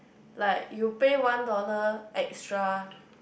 like you pay one dollar extra